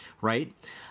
right